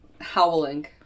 howling